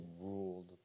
ruled